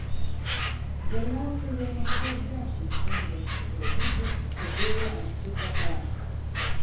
galiausiai jau maždaug dešimt zvimbiančių draugužių tupėjo ant stiklo krašto